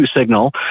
signal